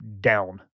down